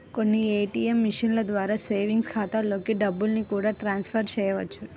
కొన్ని ఏ.టీ.యం మిషన్ల ద్వారా సేవింగ్స్ ఖాతాలలోకి డబ్బుల్ని కూడా ట్రాన్స్ ఫర్ చేయవచ్చు